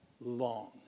long